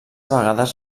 vegades